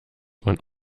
man